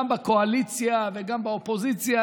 גם בקואליציה וגם באופוזיציה,